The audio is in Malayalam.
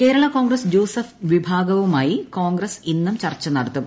എഫ് കേരളാ കോൺഗ്രസ് ജോസഫ് വിഭാഗവുമായി കോൺഗ്രസ് ഇന്നും ചർച്ച നടത്തും